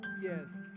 yes